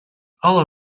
all